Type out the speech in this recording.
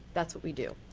that's what we do.